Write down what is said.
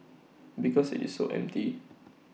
because IT is so empty